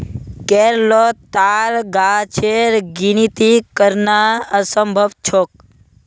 केरलोत ताड़ गाछेर गिनिती करना असम्भव छोक